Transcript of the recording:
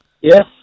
Yes